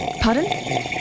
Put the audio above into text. Pardon